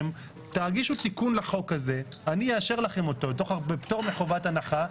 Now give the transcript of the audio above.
אותו דבר בבחירות הראשונות.